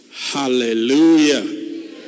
Hallelujah